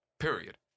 Period